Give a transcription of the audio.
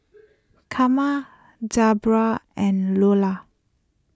Karma Debbra and Lolla